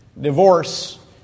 Divorce